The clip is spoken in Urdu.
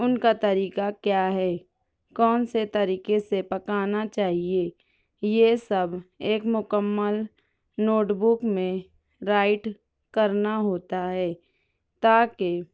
ان کا طریقہ کیا ہے کون سے طریقہ سے پکانا چاہیے یہ سب ایک مکمل نوٹ بک میں رائٹ کرنا ہوتا ہے تاکہ